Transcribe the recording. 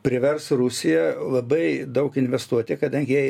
privers rusiją labai daug investuoti kadangi jai